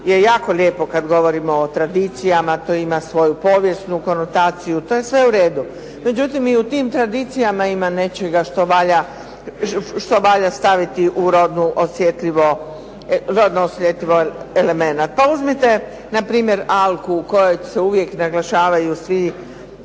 je jako lijepo kad govorimo o tradicijama to ima svoju povijesnu konotaciju, to je sve u redu. Međutim, i u tim tradicijama ima nečega što valja staviti u rodno osjetljivi elemenat. Pa uzmite na primjer Alku u kojoj se uvijek naglašavaju svi